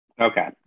Okay